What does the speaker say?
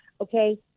okay